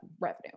revenue